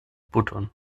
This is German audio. button